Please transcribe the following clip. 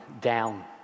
down